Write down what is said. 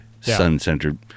sun-centered